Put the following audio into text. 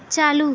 چالو